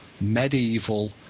medieval